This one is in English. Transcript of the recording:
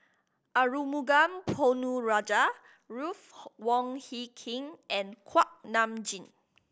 Arumugam Ponnu Rajah Ruth Wong Hie King and Kuak Nam Jin